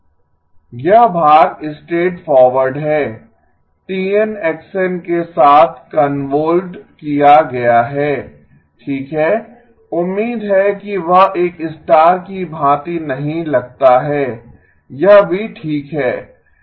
x n x n ⊗ t n यह भाग straightforward है t n x n के साथ कंवोल्वेड किया गया है ठीक है उम्मीद है कि वह एक स्टार की भातिः नहीं लगता है यह भी ठीक है